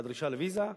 הדרישה לוויזה.